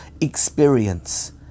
experience